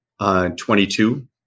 22